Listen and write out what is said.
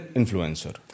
influencer